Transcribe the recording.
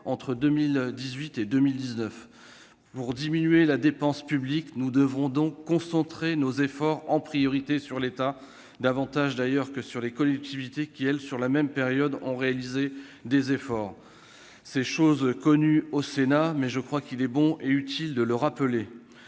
entre 2018 et 2019. Pour diminuer la dépense publique, nous devrons donc concentrer nos efforts en priorité sur l'État, davantage, d'ailleurs, que sur les collectivités locales, qui en ont réalisé sur la même période. C'est chose connue au Sénat, mais je crois qu'il est bon et utile de le rappeler.